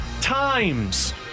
times